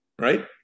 right